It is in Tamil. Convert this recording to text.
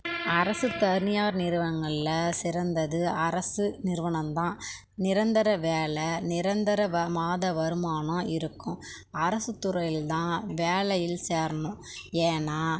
அரசு தனியார் நிறுவனங்களில் சிறந்தது அரசு நிறுவனம் தான் நிரந்தர வேலை நிரந்தர வ மாத வருமானம் இருக்கும் அரசுத் துறையில் தான் வேலையில் சேரணும் ஏன்னால்